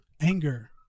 Anger